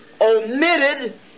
omitted